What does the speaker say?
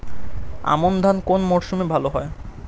আমন ধান কোন মরশুমে ভাল হয়?